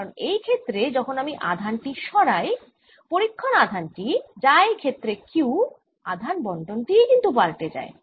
কারণ এই ক্ষেত্রে যখন আমি আধান টি সরাই পরীক্ষণ আধান টি যা এই ক্ষেত্রে q আধান বন্টন টিই কিন্তু পালটে যায়